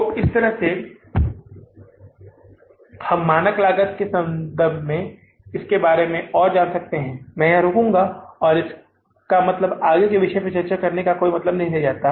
तो इस तरह से हम मानक लागत के संबंध में इसके बारे में और जान सकते हैं मैं यहां रुकूंगा और इसका मतलब आगे इस विषय पर चर्चा करने का कोई मतलब नहीं रह जाएगा